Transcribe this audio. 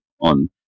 on